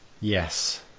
Yes